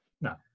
No